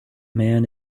man